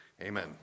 Amen